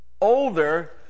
older